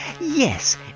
Yes